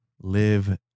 Live